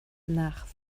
nach